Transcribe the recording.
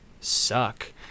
suck